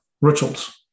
rituals